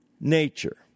nature